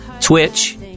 Twitch